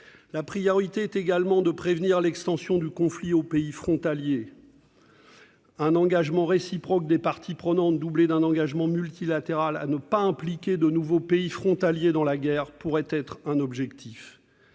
La priorité est également de prévenir l'extension du conflit aux pays frontaliers. Un engagement réciproque des parties prenantes, doublé d'un engagement multilatéral à ne pas impliquer de nouveaux pays frontaliers dans la guerre, pourrait être un objectif.